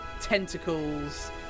tentacles